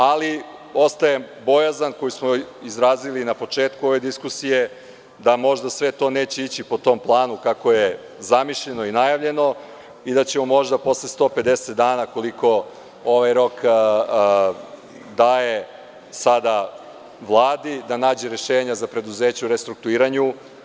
Ali, ostaje bojazan koju smo izrazili na početku ove diskusije, da možda sve to neće ići po tom planu kako je zamišljeno i najavljeno i da ćemo možda posle 150 dana, koliko ovaj rok daje sada Vladi da nađe rešenja za preduzeća u restruktuiranju.